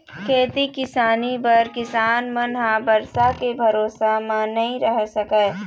खेती किसानी बर किसान मन ह बरसा के भरोसा म नइ रह सकय